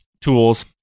tools